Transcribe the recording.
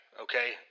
Okay